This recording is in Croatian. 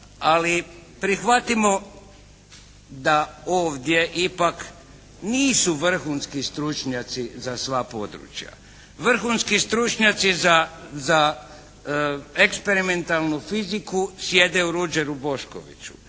Ali prihvatimo da ovdje ipak nisu vrhunski stručnjaci za sva područja. Vrhunski stručnjaci za eksperimentalnu fiziku sjede u “Ruđeru Boškoviću“.